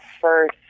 first